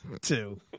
two